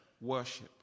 Worship